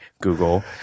Google